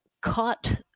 caught